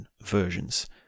versions